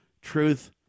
truth